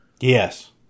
Yes